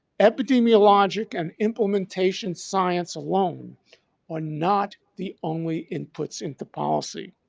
epidemiologic and implementation science alone are not the only inputs into policy.